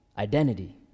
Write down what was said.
identity